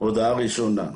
הודעה ראשונה.